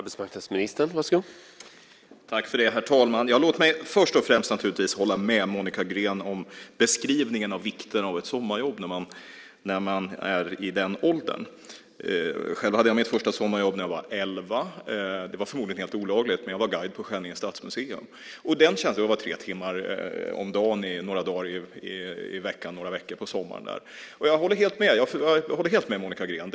Herr talman! Låt mig först och främst hålla med Monica Green om beskrivningen av vikten av ett sommarjobb när man är i den åldern. Själv hade jag mitt första sommarjobb när jag var elva år. Det var förmodligen helt olagligt, men jag var guide på Skänninge stadsmuseum. Det var tre timmar om dagen några dagar i veckan några veckor på sommaren. Jag håller helt med Monica Green.